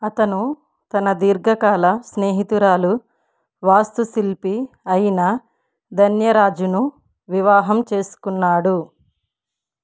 అతను తన దీర్ఘకాల స్నేహితురాలు వాస్తుశిల్పి అయిన ధన్య రాజును వివాహం చేసుకున్నాడు